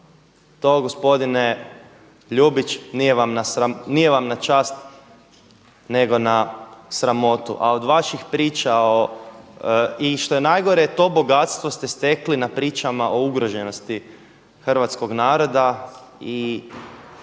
to gospodine Ljubić nije vam na čast nego na sramotu, a od vaših priča i što je najgore to bogatstvo ste tekli na pričama o ugroženosti hrvatskog naroda